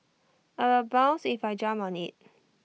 I will bounce if I jump on IT